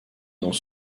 dans